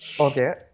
Okay